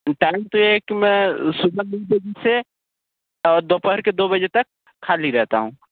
time तो एक मैं सुबह दस बजे से और दोपहर के दो बजे तक खाली रहता हूँ